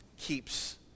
keeps